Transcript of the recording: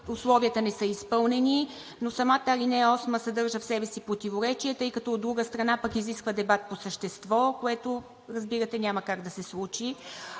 условията не са изпълнени, но самата ал. 8 съдържа в себе си противоречия, тъй като, от друга страна, пък изисква дебат по същество, което разбирате, че няма как да се случи,